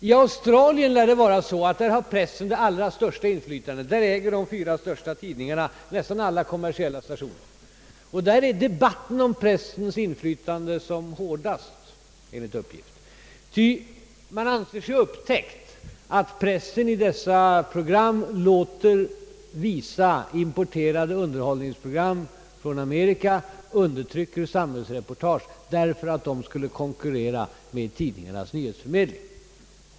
I Australien lär det vara så, att pressen har det allra största inflytandet. Där äger de fyra största tidningarna nästan alla kommersiella TV-stationer, och där är debatten om pressens inflytande som hårdast, enligt uppgift, ty man anser sig ha upptäckt att pressen i dessa program låter visa importerade underhållningsprogram från Amerika och undertrycker samhällsreportage, eftersom dessa program skulle konkurrera med tidningarnas nyhetsförmedling.